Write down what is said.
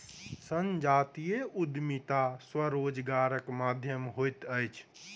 संजातीय उद्यमिता स्वरोजगारक माध्यम होइत अछि